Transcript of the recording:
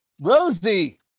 Rosie